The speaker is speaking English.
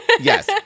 Yes